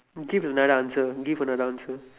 give another answer give another answer